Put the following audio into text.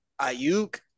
Ayuk